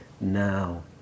now